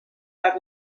have